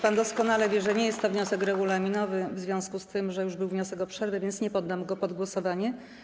Pan doskonale wie, że nie jest to wniosek regulaminowy, w związku z tym, że był już wniosek o przerwę, a więc nie poddam go pod głosowanie.